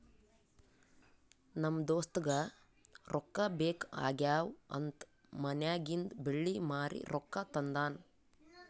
ನಮ್ ದೋಸ್ತಗ ರೊಕ್ಕಾ ಬೇಕ್ ಆಗ್ಯಾವ್ ಅಂತ್ ಮನ್ಯಾಗಿಂದ್ ಬೆಳ್ಳಿ ಮಾರಿ ರೊಕ್ಕಾ ತಂದಾನ್